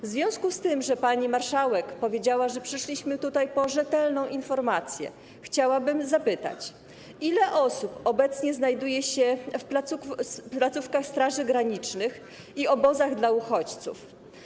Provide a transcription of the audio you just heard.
W związku z tym, że pani marszałek powiedziała, że przyszliśmy tutaj po rzetelną informację, chciałabym zapytać, ile osób obecnie znajduje się w placówkach Straży Granicznej i obozach dla uchodźców.